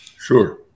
Sure